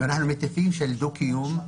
ועוברים הדרכות בנושא דו-קיום,